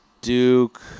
Duke